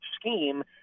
scheme